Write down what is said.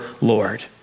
Lord